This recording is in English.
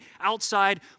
outside